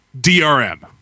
DRM